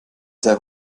sei